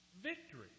victory